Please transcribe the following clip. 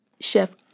Chef